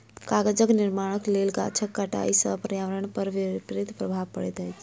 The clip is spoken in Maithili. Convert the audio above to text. कागजक निर्माणक लेल गाछक कटाइ सॅ पर्यावरण पर विपरीत प्रभाव पड़ि रहल छै